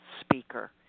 speaker